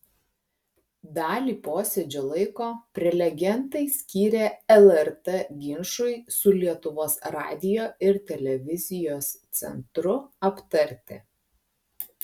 dalį posėdžio laiko prelegentai skyrė lrt ginčui su lietuvos radijo ir televizijos centru aptarti